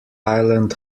island